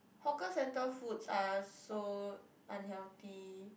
hawker center foods are so unhealthy